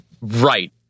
right